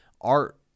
art